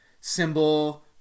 symbol